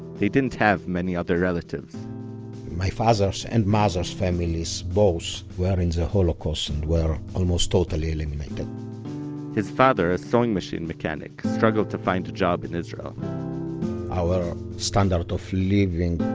they didn't have many other relatives my father's and mother's families both were in the holocaust and were almost totally eliminated his father, a sewing machine mechanic, struggled to find a job in israel our standard of living